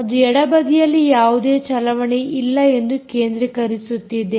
ಅದು ಎಡ ಬದಿಯಲ್ಲಿ ಯಾವುದೇ ಚಲಾವಣೆ ಇಲ್ಲ ಎಂದು ಕೇಂದ್ರೀಕರಿಸುತ್ತಿದೆ